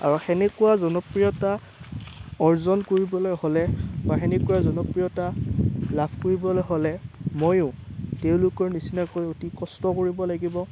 আৰু সেনেকুৱা জনপ্ৰিয়তা অৰ্জন কৰিবলৈ হ'লে বা সেনেকুৱা জনপ্ৰিয়তা লাভ কৰিবলৈ হ'লে মইয়ো তেওঁলোকৰ নিচিনাকৈ অতি কষ্ট কৰিব লাগিব